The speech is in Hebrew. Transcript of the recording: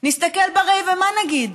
נסתכל בראי, ומה נגיד?